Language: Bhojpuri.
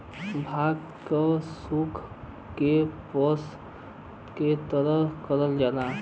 भांग के सुखा के पिस के तैयार करल जाला